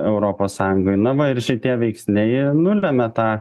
europos sąjungoje na va ir šitie veiksniai nulemia tą